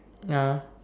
ya